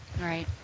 Right